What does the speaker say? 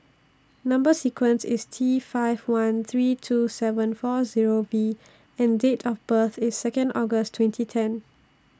Number sequence IS T five one three two seven four Zero V and Date of birth IS Second August twenty ten